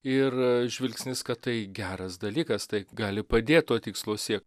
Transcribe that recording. ir žvilgsnis kad tai geras dalykas tai gali padėt to tikslo siekt